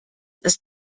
ist